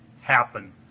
happen